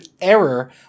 error